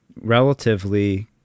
relatively